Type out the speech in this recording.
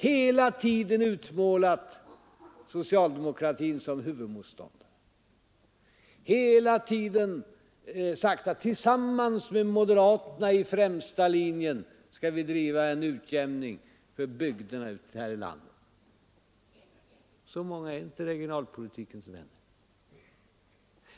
Hela tiden har man utmålat socialdemokratin som huvudmotståndare, hela tiden har man sagt att man tillsammans med moderaterna i främsta linjen skall driva en utjämning för bygderna ute i landet. Så många är inte regionalpolitikens vänner.